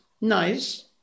nice